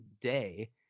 day